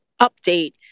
update